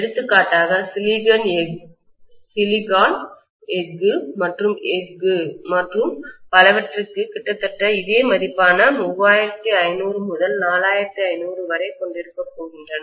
எடுத்துக்காட்டாக சிலிக்கான் எஃகு மற்றும் எஃகு மற்றும் பலவற்றிற்கு கிட்டத்தட்ட இதே மதிப்பான 3500 முதல் 4500 வரை கொண்டிருக்க போகின்றன